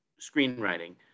screenwriting